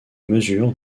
mesure